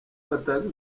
batazi